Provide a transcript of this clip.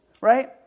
Right